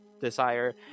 desire